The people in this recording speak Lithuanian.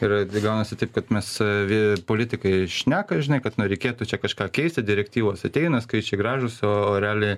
ir gaunasi taip kad mes avi politikai šneka žinai kad na reikėtų čia kažką keisti direktyvos ateina skaičiai gražūs o realiai